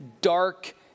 dark